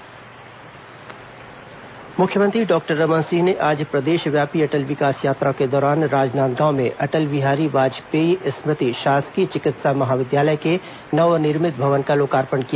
अटल विकास यात्रा मुख्यमंत्री डॉक्टर रमन सिंह ने आज प्रदेशव्यापी अटल विकास यात्रा के दौरान राजनांदगांव में अटल विहारी वाजपेयी स्मृति शासकीय चिकित्सा महाविद्यालय के नवनिर्मित भवन का लोकार्पण किया